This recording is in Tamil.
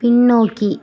பின்னோக்கி